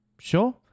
Sure